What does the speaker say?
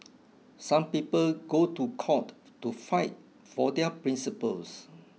some people go to court to fight for their principles